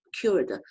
cured